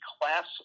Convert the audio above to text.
class